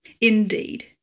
Indeed